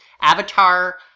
Avatar